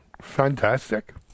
Fantastic